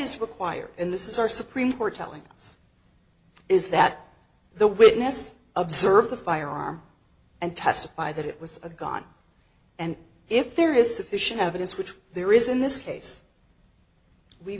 is required in this is our supreme court telling us is that the witness observe the firearm and testify that it was a gun and if there is sufficient evidence which there is in this case we